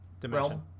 dimension